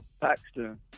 Paxton